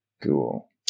Cool